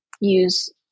use